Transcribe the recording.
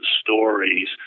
stories